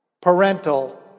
parental